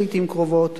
לעתים קרובות,